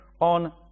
on